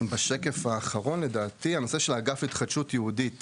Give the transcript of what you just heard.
בשקף האחרון: נושא האגף להתחדשות יהודית